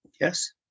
yes